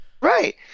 Right